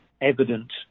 evident